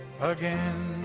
again